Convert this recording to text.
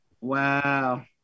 Wow